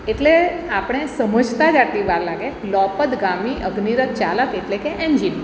એટલે આપણે સમજતા જ આટલી વાર લાગે લોપદગામી અગ્નિરથ ચાલક એટલે કે એન્જિન